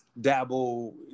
Dabble